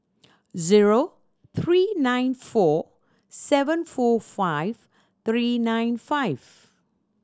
zero three nine four seven four five three nine five